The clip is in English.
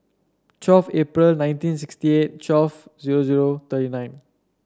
twelve April nineteen sixty eight twelve zero zero thirty nine